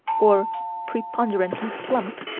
or preponderantly plump,